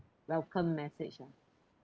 welcome message lah